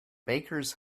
bakers